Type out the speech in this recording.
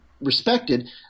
respected